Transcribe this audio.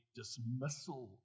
dismissal